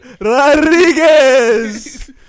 Rodriguez